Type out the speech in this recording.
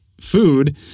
food